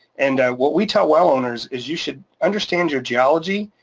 and what we tell well owners is you should understand your geology,